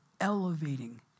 elevating